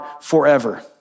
forever